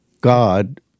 God